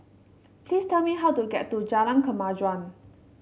please tell me how to get to Jalan Kemajuan